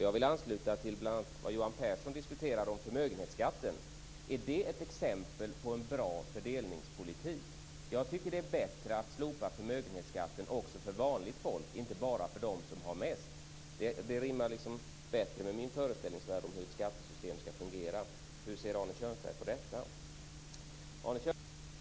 Jag vill anknyta till det som bl.a. Johan Pehrson sade om förmögenhetsskatten. Är det ett exempel på en bra fördelningspolitik? Jag tycker att det vore bättre att slopa förmögenhetsskatten också för vanligt folk, inte bara för dem som har mest. Det rimmar bättre med min föreställningsvärld om hur ett skattesystem skall fungera. Hur ser Arne Kjörnsberg på detta? Arne Kjörnsberg diskuterade också sambanden mellan arbete och skatter.